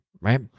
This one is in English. right